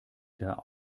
der